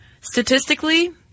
statistically